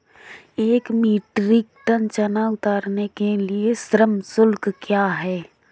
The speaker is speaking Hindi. एक मीट्रिक टन चना उतारने के लिए श्रम शुल्क क्या है?